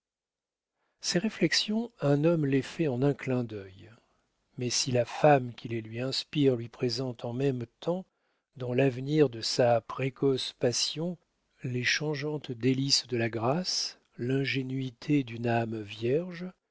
ces réflexions un homme les fait en un clin d'œil mais si la femme qui les lui inspire lui présente en même temps dans l'avenir de sa précoce passion les changeantes délices de la grâce